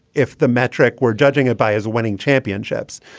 if the metric we're judging it by is winning championships,